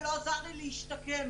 ולא עזר לי להשתקם.